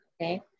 okay